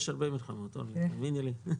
יש הרבה מלחמות, תאמיני לי.